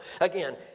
Again